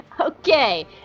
okay